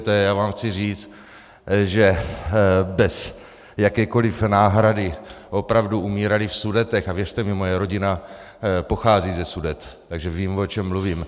Já vám chci říct, že bez jakékoliv náhrady opravdu umírali v Sudetech, a věřte mi, moje rodina pochází ze Sudet, takže vím, o čem mluvím.